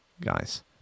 Guys